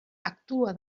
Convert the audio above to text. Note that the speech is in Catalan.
actua